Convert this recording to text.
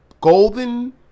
golden